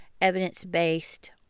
evidence-based